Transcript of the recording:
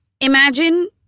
Imagine